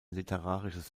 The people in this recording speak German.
literarisches